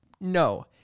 no